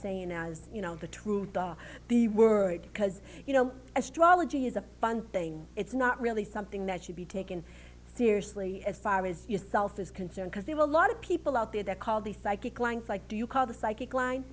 saying as you know the truth of the word because you know astrology is a funny thing it's not really something that should be taken seriously as far as yourself is concerned because they were a lot of people out there that called the psychic length like do you call the psychic line